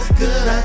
good